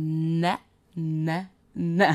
ne ne ne